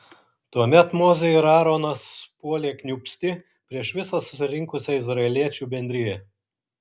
tuomet mozė ir aaronas puolė kniūbsti prieš visą susirinkusią izraeliečių bendriją